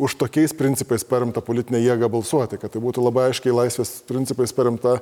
už tokiais principais paremtą politinę jėgą balsuoti kad tai būtų labai aiškiai laisvės principais paremta